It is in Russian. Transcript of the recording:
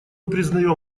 признаем